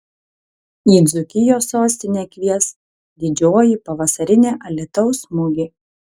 į dzūkijos sostinę kvies didžioji pavasarinė alytaus mugė